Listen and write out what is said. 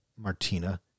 Martina